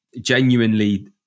genuinely